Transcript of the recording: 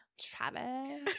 Travis